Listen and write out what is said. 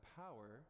power